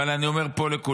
אבל אני אומר לכולנו